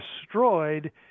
destroyed